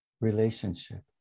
relationship